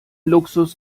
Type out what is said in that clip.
luxus